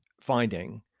finding